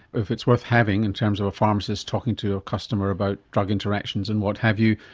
if it's worth having in terms of a pharmacist talking to a customer about drug interactions and what have you,